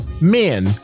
men